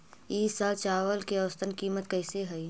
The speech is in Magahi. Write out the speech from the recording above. ई साल चावल के औसतन कीमत कैसे हई?